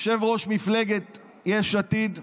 יושב-ראש מפלגת יש עתיד,